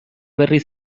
berri